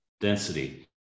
density